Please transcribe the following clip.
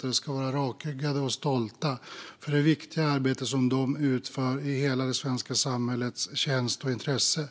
de ska vara rakryggade och stolta över det viktiga arbete de utför i hela det svenska samhällets tjänst och intresse.